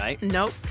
Nope